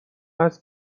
است